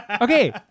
Okay